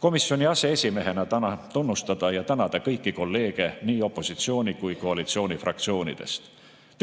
Komisjoni aseesimehena tahan tunnustada ja tänada kõiki kolleege nii opositsiooni kui ka koalitsiooni fraktsioonidest.